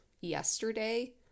yesterday